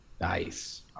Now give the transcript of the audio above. Nice